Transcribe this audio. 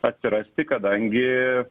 atsirasti kadangi